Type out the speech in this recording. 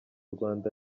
rwanda